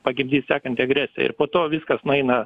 pagimdys sekanti agresija ir po to viskas nueina